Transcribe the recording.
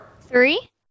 Three